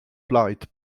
plaid